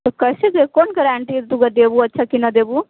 तऽ कैसे कोन गारण्टी हइ कि तू देबहू अच्छा कि नहि देबहू